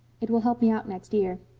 it will help me out next year.